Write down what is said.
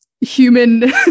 human